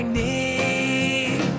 need